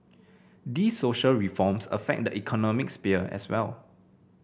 these social reforms affect the economic as well